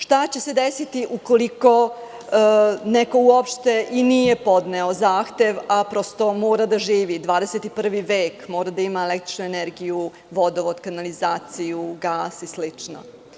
Šta će se desiti ukoliko neko uopšte i nije podneo zahtev a, prosto, mora da živi, 21. vek, mora da ima električnu energiju, vodovod, kanalizaciju, gas i slično?